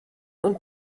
und